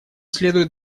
следует